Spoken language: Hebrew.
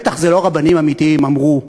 בטח אלו לא רבנים אמיתיים שאמרו,